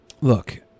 Look